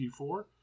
T4